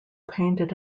painted